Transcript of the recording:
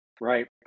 right